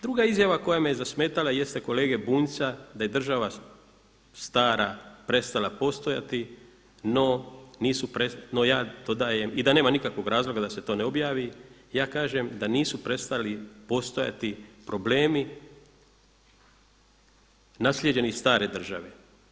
Druga izjava koja me je zasmetala jeste kolege Bunjca da je država stara prestala postojati no ja to dajem, i da nema nikakvog razloga da se to ne objavi, ja kažem da nisu prestali postojati problemi naslijeđeni iz stare države.